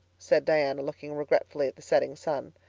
said diana looking regretfully at the setting sun.